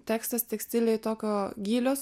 tekstas tekstilėj tokio gylio